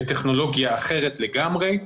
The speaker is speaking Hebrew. בטכנולוגיה אחרת לגמרי,